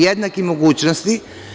Jednake mogućnosti.